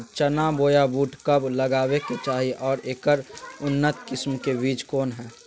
चना बोया बुट कब लगावे के चाही और ऐकर उन्नत किस्म के बिज कौन है?